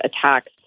attacks